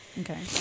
Okay